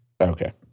okay